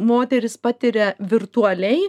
moteris patiria virtualiai